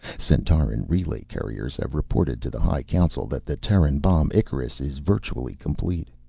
centauran relay couriers have reported to the high council that the terran bomb icarus is virtually complete.